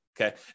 okay